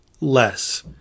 less